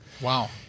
Wow